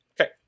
Okay